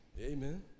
amen